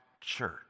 church